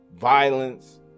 violence